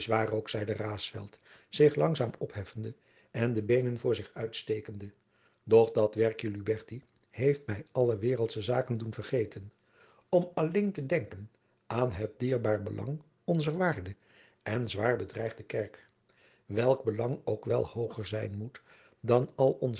waar ook zeide raesfelt zich langzaam opheffende en de beenen voor zich uitstekende doch dat werkje lubberti heeft mij alle waereldsche zaken doen vergeten om alleen te denken aan het dierbaar belang onzer waarde en zwaar bedreigde kerk welk belang ook wel hooger zijn moet dan al onze